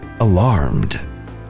alarmed